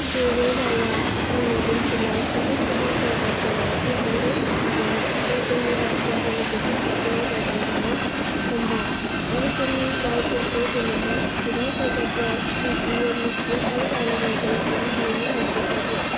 बर' रावा जोंनि ओनसोलाव गुबुन गुबुन जायगाफोराव बयजोंबो मिथिजानाय आरो जोंनि रावफ्रा दोनै गोजौ थाखोआव दावगालांनो हमबाय आरो जोंनि रावफोरखौ दोनैहाय गोबां जायगाफ्राव बुजियो मिथियो आरो रायलायनाय जायो गुबुन हारिनि मानसिफ्राबो